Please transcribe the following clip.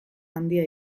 handia